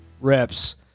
reps